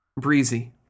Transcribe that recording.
breezy